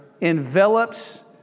envelops